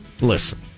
listen